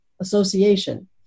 association